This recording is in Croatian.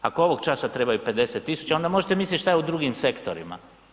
Ako ovog časa trebaju 50.000 onda možete misliti šta je u drugim sektorima.